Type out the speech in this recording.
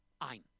Ein